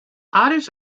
otters